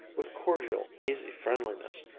with cordial, easy friendliness,